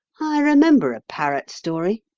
i remember a parrot story,